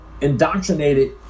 indoctrinated